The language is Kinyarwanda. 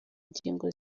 ngingo